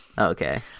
Okay